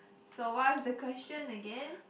so what's the question again